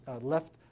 left